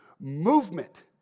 movement